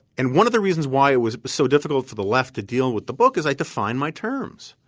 and one of the reasons why it was so difficult for the left to deal with the book is i define my terms.